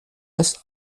das